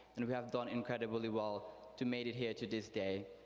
and we have done incredibly well to made it here to this day.